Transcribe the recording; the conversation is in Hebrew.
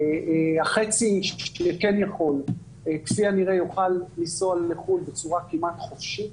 החצי שכן יכול כפי הנראה יוכל לנסוע לחו"ל בצורה כמעט חופשית